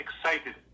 excited